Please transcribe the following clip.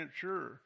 sure